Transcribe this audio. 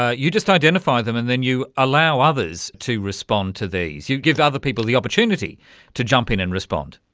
ah you just identify them and then you allow others to respond to these, you give other people the opportunity to jump in and respond.